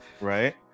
right